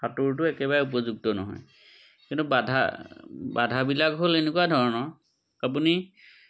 সাঁতোৰটো একেবাৰে উপযুক্ত নহয় কিন্তু বাধা বাধাবিলাক হ'ল এনেকুৱা ধৰণৰ আপুনি